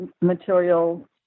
material